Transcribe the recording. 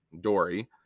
Dory